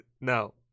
No